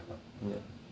yup